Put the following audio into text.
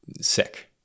sick